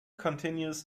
continues